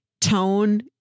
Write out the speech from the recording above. tone